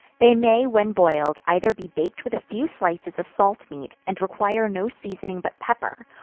they may, when boiled, either be baked with a few slices of salt meat, and require no seasoning but pepper,